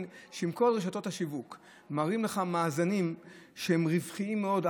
שאם בכל רשתות השיווק מראים לך מאזנים שהם רווחיים מאוד,